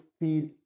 feel